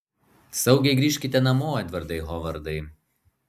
saugiai grįžkite namo edvardai hovardai